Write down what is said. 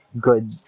Good